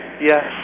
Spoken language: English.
Yes